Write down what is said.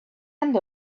end